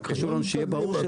רק חשוב לנו שיהיה ברור.